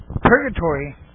Purgatory